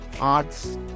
arts